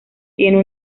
tiene